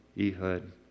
Ehud